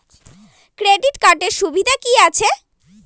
Credit কার্ডের সুবিধা কি আছে?